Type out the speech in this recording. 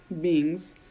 beings